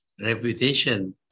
reputation